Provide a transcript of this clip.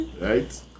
Right